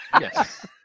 Yes